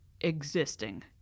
existing